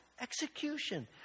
execution